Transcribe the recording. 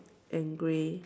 and gray